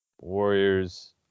Warriors